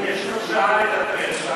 יש לך שעה לדבר.